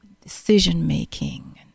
decision-making